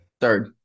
Third